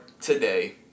today